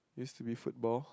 used to be football